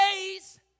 days